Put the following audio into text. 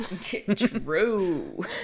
True